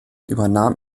übernahm